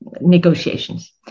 Negotiations